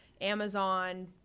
Amazon